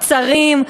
צרים,